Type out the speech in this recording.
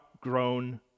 grown